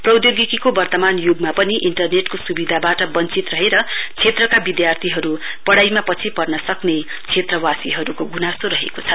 प्रौधोगिकीको वर्तमान युगमा पनि इन्टरनेटको सुविधावाट वस्थित रहेर क्षेत्रका विधार्थीहरु पढ़ाइमा पछि पर्न सक्ने क्षेत्रवासीहरुको गुनासो गहेको छ